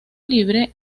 libre